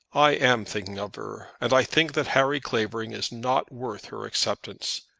i am thinking of her, and i think that harry clavering is not worth her acceptance.